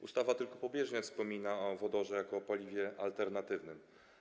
Ustawa tylko pobieżnie wspomina o wodorze jako paliwie alternatywnym.